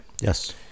Yes